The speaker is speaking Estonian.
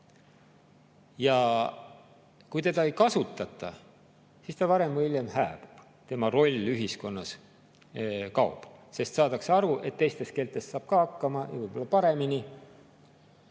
Ja kui seda ei kasutata, siis see varem või hiljem hääbub, selle roll ühiskonnas kaob, sest saadakse aru, et teistes keeltes saab ka hakkama,